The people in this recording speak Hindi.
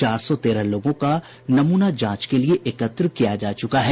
चार सौ तेरह लोगों का नमूना जांच के लिए एकत्र किया जा चुका है